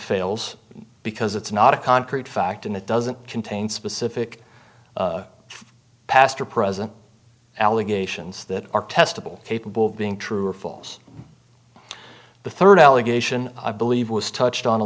fails because it's not a concrete fact and it doesn't contain specific past or present allegations that are testable capable of being true or false the third allegation i believe was touched on a